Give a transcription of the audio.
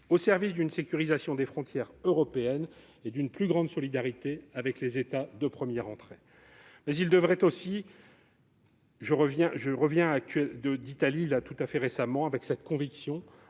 au service d'une sécurisation des frontières européennes et d'une plus grande solidarité avec les États de première entrée. Néanmoins, il devrait aussi - je reviens d'Italie avec cette conviction